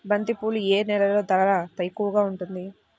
బంతిపూలు ఏ నెలలో ధర ఎక్కువగా ఉంటుంది?